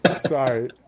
sorry